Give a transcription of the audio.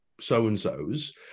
so-and-sos